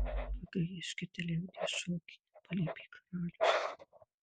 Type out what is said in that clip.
pagriežkite liaudies šokį paliepė karalius